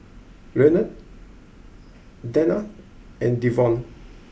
Leonard Danna and Devon